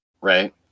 right